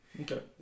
Okay